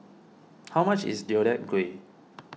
how much is Deodeok Gui